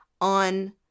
on